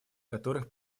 которых